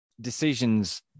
decisions